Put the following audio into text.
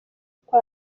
uko